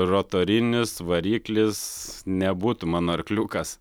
rotorinis variklis nebūtų mano arkliukas